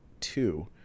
two